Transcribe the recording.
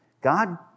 God